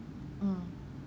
mm